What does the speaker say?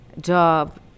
job